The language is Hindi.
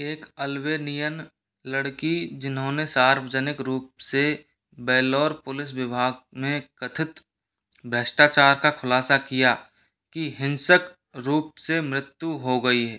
एक अल्वेनियन लड़की जिन्होनें सार्वजनिक रूप से वेलोर पुलिस विभाग में कथित भ्रष्टाचार का खुलासा किया की हिंसक रूप से मृत्यु हो गई है